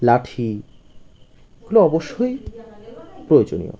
লাঠি এগুলো অবশ্যই প্রয়োজনীয়